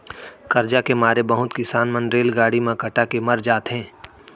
करजा के मारे बहुत किसान मन रेलगाड़ी म कटा के मर जाथें